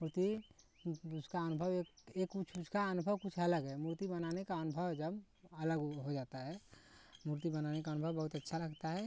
मूर्ती उसका अनुभव एक एक उसका अनुभव कुछ अलग है मूर्ती बनाने का अनुभव जब अलग हो जाता है मूर्ती बनाने का अनुभव बहुत लगता है